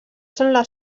sembla